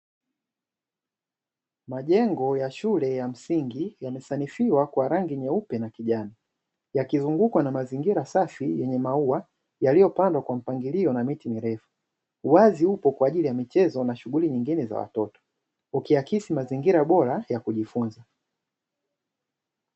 Majengo ya shule ya msingi yamesanifiwa kwa rangi nyeupe na kijani, yakizungukwa na mazingira safi yenye maua yalipopandwa kwa mpangilio na miti mirefu. Uwazi upo kwa ajili ya michezo na shughuli nyingine za watoto, ikiakisi mazingira bora ya kujifunza.